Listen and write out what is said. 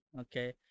okay